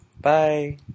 Bye